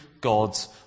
God's